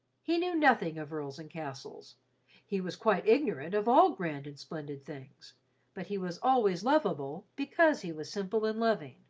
he knew nothing of earls and castles he was quite ignorant of all grand and splendid things but he was always loveable because he was simple and loving.